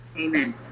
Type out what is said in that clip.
Amen